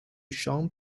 jean